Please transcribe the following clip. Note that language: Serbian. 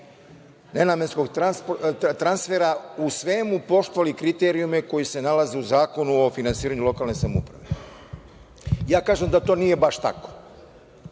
nenamenskog transfera u svemu poštovali kriterijume koji se nalaze u Zakonu o finansiranju lokalne samouprave. Ja kažem da to nije baš